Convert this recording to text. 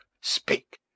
speak